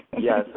yes